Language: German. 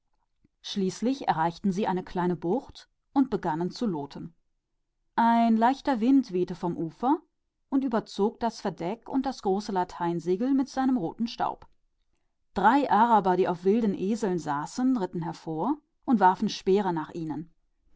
schließlich erreichten sie eine kleine bucht und fingen an zu sondieren ein leichter wind wehte von der küste und bedeckte deck und segel mit einem feinen roten staub drei araber kamen auf wilden eseln geritten und warfen speere nach ihnen